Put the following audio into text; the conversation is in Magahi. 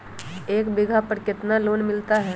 एक बीघा पर कितना लोन मिलता है?